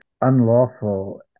unlawful